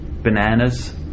bananas